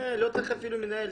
לא צריך אפילו מנהל.